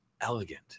elegant